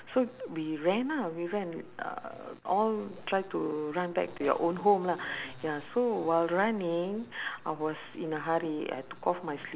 so we ran ah we ran uh all try to run back to your own home lah ya so while running I was in a hurry I took off my slip~